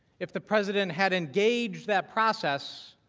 if the president had engaged that process,